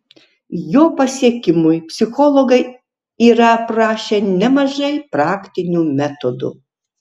jo pasiekimui psichologai yra aprašę nemažai praktinių metodų